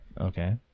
Okay